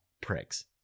pricks